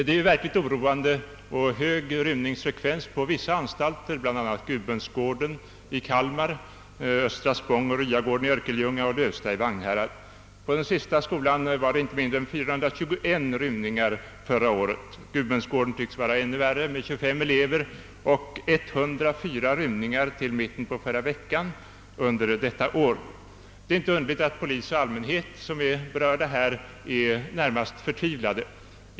Det verkligt oroande är den höga rymningsfrekvensen på vissa anstalter, bl.a. Gudmundsgården i Kalmar, Östra Spång och Ryagården i Örkelljunga och Lövsta i Vagnhärad. På den sista skolan var det inte mindre än 421 rymningar förra året. Gudmundsgården tycks vara ännu värre med 25 elever och 104 rymningar till mitten av förra veckan under detta år. Det är inte underligt att polis och allmänhet, som är berörda här, är närmast förtvivlade.